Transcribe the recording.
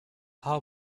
how